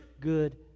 good